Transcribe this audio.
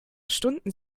stunden